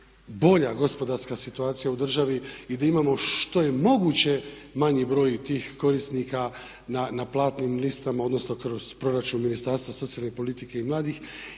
bolja gospodarska situacija u državi i da imamo što je moguće manji broj tih korisnika na platnim listama, odnosno kroz proračun Ministarstva socijalne politike i mladih.